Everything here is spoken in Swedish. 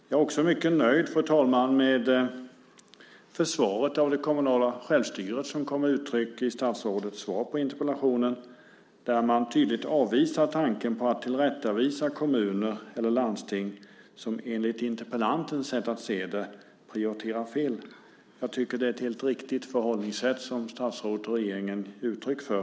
Jag är mycket nöjd, fru talman, med försvaret av det kommunala självstyret som kommer till uttryck i statsrådets svar där han tydligt avvisar tanken på att tillrättavisa kommuner och landsting, vilka enligt interpellantens sätt att se prioriterar fel. Jag tycker att det är ett riktigt förhållningssätt som statsrådet och regeringen ger uttryck för.